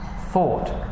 thought